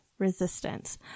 Resistance